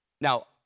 Now